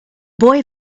boy